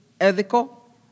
ethical